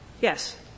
Yes